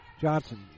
Johnson